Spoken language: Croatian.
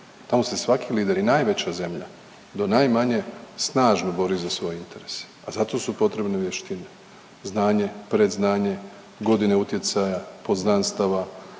tamo … svaki lider i najveća zemlja do najmanje snažno bori za svoje interese, a za to su potrebne vještine, znanje, predznanje, godine utjecaja, poznanstava